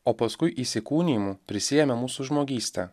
o paskui įsikūnijimu prisiėmė mūsų žmogystę